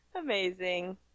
amazing